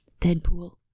Deadpool